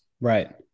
right